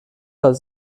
als